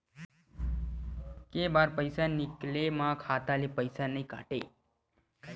के बार पईसा निकले मा खाता ले पईसा नई काटे?